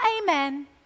amen